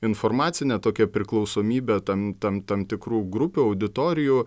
informacine tokia priklausomybe tam tam tam tikrų grupių auditorijų